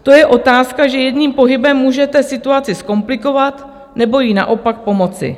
To je otázka, že jedním pohybem můžete situaci zkomplikovat, nebo jí naopak pomoci.